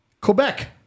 Quebec